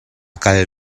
kal